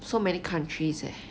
so many countries eh